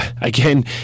again